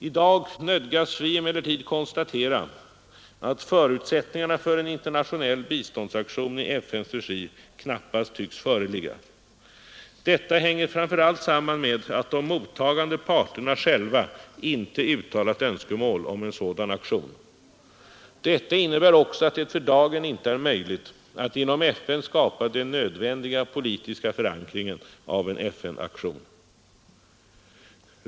I dag nödgas vi emellertid konstatera att förutsättningarna för en internationell biståndsaktion i FN:s regi knappast tycks föreligga. Detta hänger framför allt samman med att de mottagande parterna själva inte uttalat önskemål om en sådan aktion. Detta innebär också att det för dagen inte är möjligt att inom FN skapa den nödvändiga politiska förankringen av en FN-aktion.